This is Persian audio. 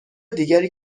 دیگری